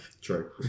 True